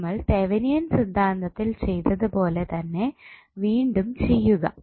നമ്മൾ തെവനിയൻ സിദ്ധാന്തത്തിൽ ചെയ്തത് പോലെ തന്നെ വീണ്ടും ചെയ്യുക